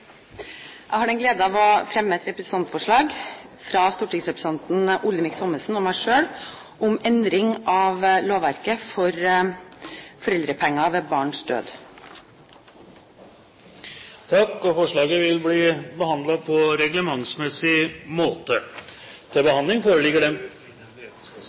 Jeg har gleden av å fremme et representantforslag fra stortingsrepresentanten Olemic Thommessen og meg selv om endring av lovverket for foreldrepenger ved barns død. Representanten Line Henriette Hjemdal vil framsette et representantforslag. På vegne av stortingsrepresentantene Øyvind Håbrekke, Rigmor Andersen Eide og